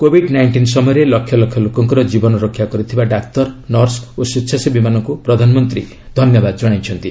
Covid nineteen ସମୟରେ ଲକ୍ଷ ଲୋକଙ୍କର ଜୀବନରକ୍ଷା କରିଥିବା ଡାକ୍ତର ନର୍ସ ଓ ସ୍ପେଚ୍ଛାସେବୀମାନଙ୍କୁ ପ୍ରଧାନମନ୍ତ୍ରୀନ ଧନ୍ୟବାଦ ଜଣାଇଛନ୍ତି